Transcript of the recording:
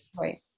right